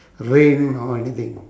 rain or anything